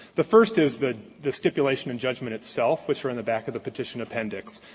the first is the the stipulation and judgment itself, which are in the back of the petition appendix,